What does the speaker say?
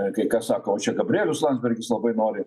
kai kas sako va čia gabrielius landsbergis labai nori